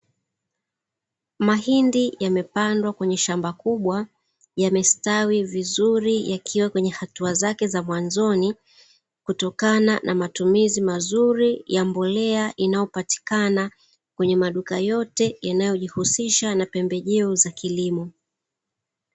Mahindi yamepandwa kwenye shamba kubwa, yamestawi vizuri, yakiwa kwenye hatua zake za mwanzoni, kutokana na matumizi mazuri ya mbolea inayopatikana, kwenye maduka yote yanayojihusisha na pembejeo za kilimo.